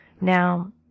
now